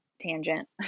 tangent